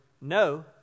no